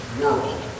world